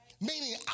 meaning